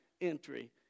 entry